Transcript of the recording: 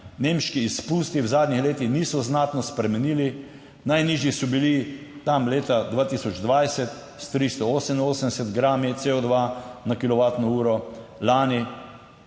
nemški izpusti v zadnjih letih niso znatno spremenili. Najnižji so bili tam leta 2020 s 388 grami CO2 na kilovatno